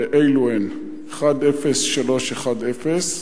ואלו הן: תוכנית 10310,